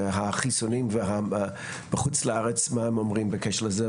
החיסונים בחו"ל מה הם אומרים בקשר לזה,